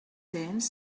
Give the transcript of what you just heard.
cents